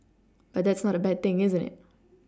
but that's not a bad thing isn't it